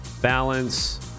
Balance